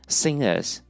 singers